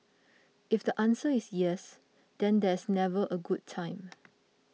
if the answer is yes then there's never a good time